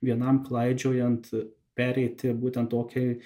vienam klaidžiojant pereiti būtent tokį